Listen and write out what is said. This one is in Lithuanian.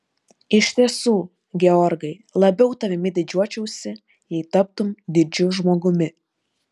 iš tiesų georgai labiau tavimi didžiuočiausi jei taptumei didžiu žmogumi